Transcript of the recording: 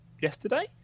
yesterday